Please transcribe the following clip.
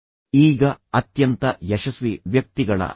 ನೀವು ವಿತರಿಸಬಹುದಾದವರಾಗಿರುವುದರಿಂದ ಹೊರಬನ್ನಿ